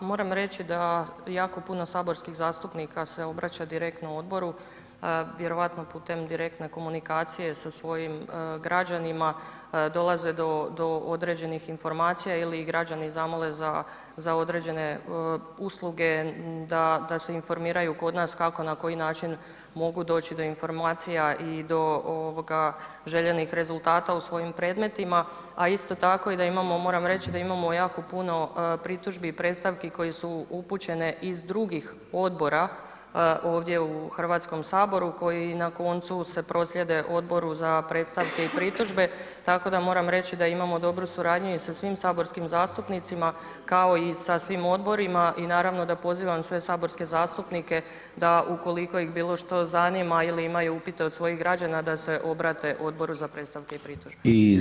Pa moram reći da jako puno saborskih zastupnika se obraća direktno odbora, vjerojatno putem direktne komunikacije sa svojim građanima, dolaze do, do određenih informacija ili ih građani zamole za, za određene usluge da, da se informiraju kod nas kako na koji način mogu doći do informacija i do ovoga željenih rezultata u svojim predmetima, a isto tako i da imamo, moram reći da imamo jako puno pritužbi i predstavki koji su upućene iz drugih odbora ovdje u HS koji na koncu se proslijede Odboru za predstavke i pritužbe, tako da moram reći da imamo dobru suradnju i sa svim saborskim zastupnicima, kao i sa svim odborima i naravno da pozivam sve saborske zastupnike da ukoliko ih bilo što zanima ili imaju upite od svojih građana da se obrate Odboru za predstavke i pritužbe.